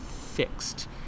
fixed